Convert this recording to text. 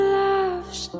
loves